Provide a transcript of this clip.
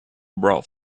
brought